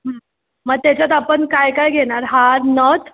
मग तेच्यात आपण काय काय घेणार हार नथ